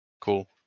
cool